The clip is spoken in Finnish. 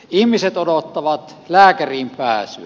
ihmiset odottavat lääkäriin pääsyä